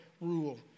rule